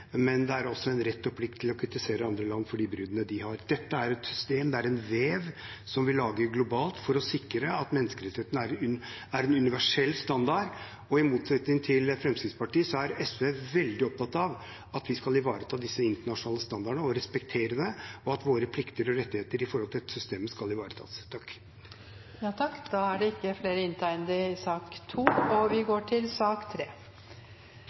Det er også en rett og plikt til å kritisere andre land for de bruddene de har. Dette er et system – en vev – som vi lager globalt for å sikre at menneskerettighetene er en universell standard. I motsetning til Fremskrittspartiet er SV veldig opptatt av at vi skal ivareta disse internasjonale standardene og respektere dem, og at våre plikter og rettigheter i dette systemet skal ivaretas. Flere har ikke bedt om ordet til sak nr. 2. Etter ønske fra justiskomiteen vil presidenten ordne debatten slik: 5 minutter til hver partigruppe og 5 minutter til